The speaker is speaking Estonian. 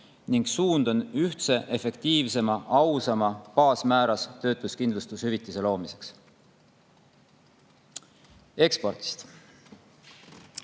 ning suund on ühtse, efektiivsema, ausama baasmääraga töötuskindlustushüvitise loomiseks. Ekspordist.